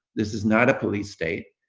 this is not a police state,